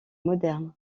moderne